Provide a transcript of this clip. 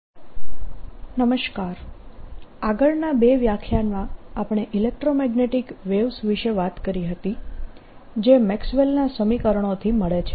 energy intensity momentum carried by electromagnetic waves આગળના બે વ્યાખ્યાનમાં આપણે ઇલેક્ટ્રોમેગ્નેટીક વેવ્સ વિશે વાત કરી હતી જે મેક્સવેલના સમીકરણોથી મળે છે